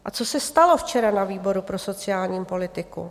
A co se stalo včera na výboru pro sociální politiku?